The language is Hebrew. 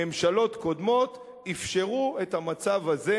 ממשלות קודמות אפשרו את המצב הזה,